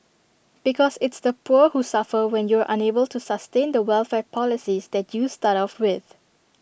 because it's the poor who suffer when you're unable to sustain the welfare policies that you start off with